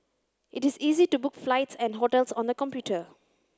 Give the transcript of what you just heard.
it is easy to book flights and hotels on the computer